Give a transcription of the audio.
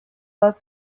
was